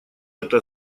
это